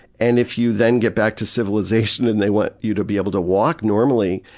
and if you then get back to civilization and they want you to be able to walk normally,